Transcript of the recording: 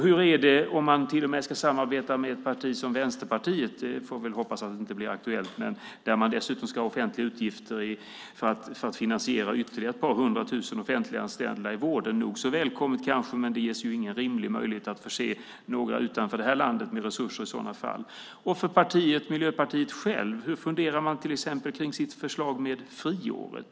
Hur blir det om man till och med ska samarbeta med ett parti som Vänsterpartiet - det får vi väl hoppas inte blir aktuellt - som dessutom ska ha offentliga utgifter för att finansiera ytterligare ett par hundra tusen offentliganställda i vården? Det är nog så välkommet, men det ger ju ingen rimlig möjlighet att förse några utanför det här landet med resurser. Och hur blir det med Miljöpartiet självt? Hur funderar man till exempel kring sitt förslag om friåret?